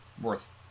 worth